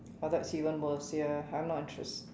but that even worse ya I'm not interested